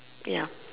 ya